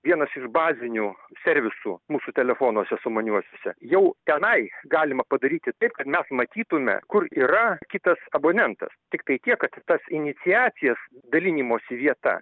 vienas iš bazinių servisų mūsų telefonuose sumaniuosiuose jau tenai galima padaryti taip kad mes matytume kur yra kitas abonentas tiktai tiek kad tas iniciacijas dalinimosi vieta